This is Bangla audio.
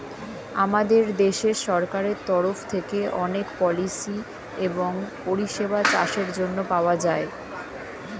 আমাদের দেশের সরকারের তরফ থেকে অনেক পলিসি এবং পরিষেবা চাষের জন্যে পাওয়া যায়